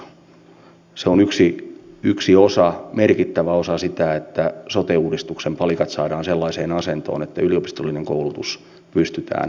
vastaavasti jokainen lisämääräraha joka voidaan antaa on merkittävä osa siitä että sote uudistuksen palikat saadaan sellaiseen asentoon että yliopistollinen hyvä asia